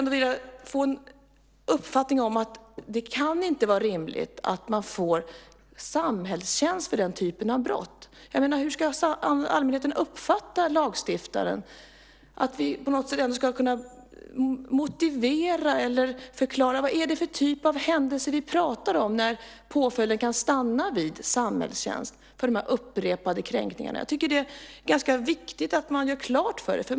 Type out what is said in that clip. Det kan ändå inte vara rimligt att man får samhällstjänst för den typen av brott. Hur ska samhället uppfatta lagstiftaren? Vi måste ju kunna på något sätt motivera eller förklara vad det är för typ av händelser vi talar om, när påföljden kan stanna vid samhällstjänst för sådana här upprepade kränkningar. Det är ganska viktigt att man gör detta tydligt.